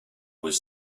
was